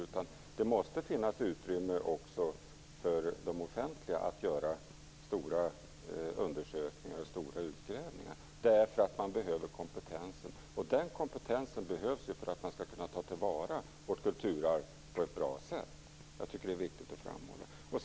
Det måste också finnas utrymme för de offentliga att göra stora undersökningar och utgrävningar, därför att man behöver kompetensen. Denna kompetens behövs ju för att man skall kunna ta till vara vårt kulturarv på ett bra sätt. Det är viktigt att framhålla.